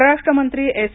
परराष्ट्र मंत्री एस